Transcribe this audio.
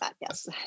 Yes